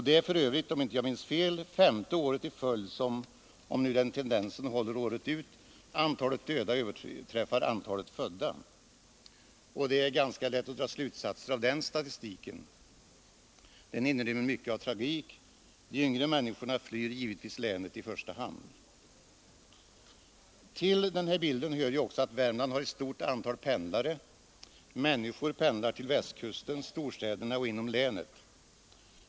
Det är för övrigt, om jag inte minns fel, femte året i följd som antalet döda överstiger antalet födda, om nu den tendensen håller året ut. Det är lätt att dra slutsatser av den statistiken — den rymmer mycket av tragik: det är givetvis i första hand de yngre människorna som flyr länet. Till bilden hör också att Värmland har ett stort antal pendlare — människor pendlar till Västkusten, storstäderna och inom länet.